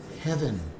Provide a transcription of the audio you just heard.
heaven